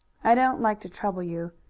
i don't like to trouble you,